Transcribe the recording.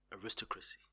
aristocracy